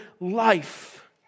life